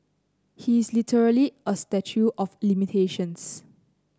he is literally a statue of limitations